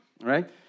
right